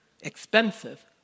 expensive